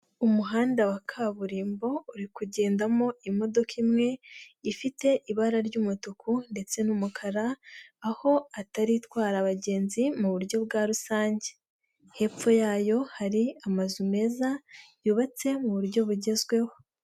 Umuhanda wa kaburimbo uri kugendamo imodoka imwe ifite ibara ry'umutuku ndetse n'umukara, aho atari itwara abagenzi mu buryo bwa rusange, hepfo yayo hari amazu meza yubatse mu buryo bugezweho.